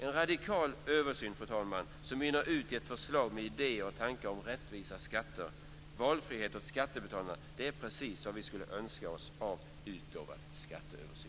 En radikal översyn som mynnar ut i ett förslag med idéer och tankar om rättvisa skatter och valfrihet åt skattebetalarna är precis vad vi skulle önska oss av den utlovad skatteöversynen.